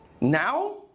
Now